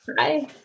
Hi